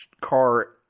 car